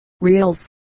reels